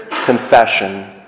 confession